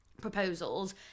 proposals